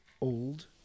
Old